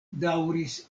daŭris